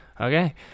Okay